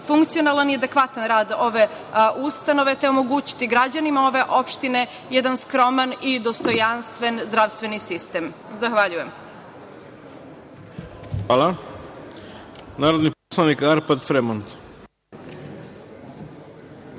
funkcionalan i adekvatan rad ove ustanove, te omogućiti građanima ove opštine jedan skroman i dostojanstven zdravstveni sistem? Zahvaljujem. **Ivica Dačić** Hvala. Reč ima narodni